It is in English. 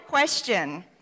Question